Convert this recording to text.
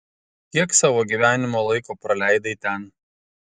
kiek savo gyvenimo laiko praleidai ten